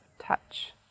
touch